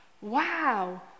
wow